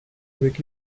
avec